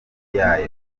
yayo